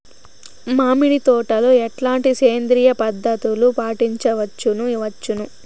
మామిడి తోటలో ఎట్లాంటి సేంద్రియ పద్ధతులు పాటించవచ్చును వచ్చును?